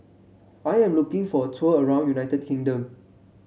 I am looking for a tour around United Kingdom